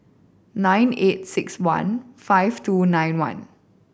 nine eight six one five two nine one